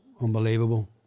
unbelievable